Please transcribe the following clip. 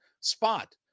spot